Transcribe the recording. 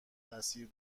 تاثیر